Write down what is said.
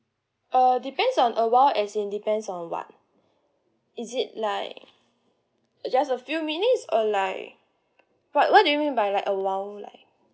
uh depends on a while as in depends on what is it like just a few minutes or like what what do you mean by like a while like